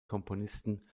komponisten